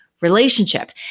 relationship